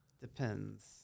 Depends